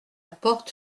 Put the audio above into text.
porte